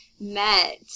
met